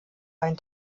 ein